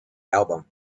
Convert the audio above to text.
album